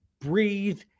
breathe